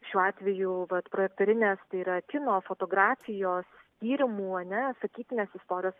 šiuo atveju vat projektorinės yra kino fotografijos tyrimų ar ne sakytinės istorijos